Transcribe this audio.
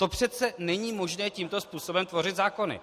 To přece není možné, tímto způsobem tvořit zákony!